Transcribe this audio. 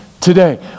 today